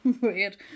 weird